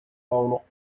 عنق